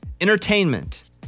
Entertainment